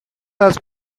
had